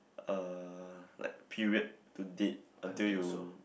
uh like period to date until you